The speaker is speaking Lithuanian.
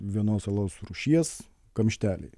vienos alaus rūšies kamšteliai